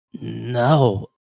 No